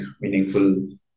meaningful